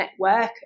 network